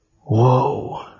whoa